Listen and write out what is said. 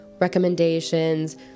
recommendations